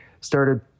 started